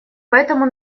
поэтому